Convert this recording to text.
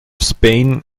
spain